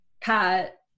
Pat